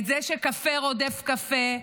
את זה שקפה רודף קפה,